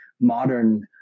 modern